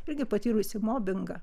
irgi patyrusi mobingą